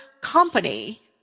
company